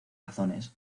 razones